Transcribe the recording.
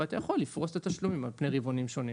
ואתה יכול לפרוס את התשלומים על פני רבעונים שונים.